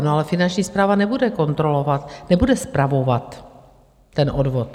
No, ale Finanční správa nebude kontrolovat, nebude spravovat ten odvod.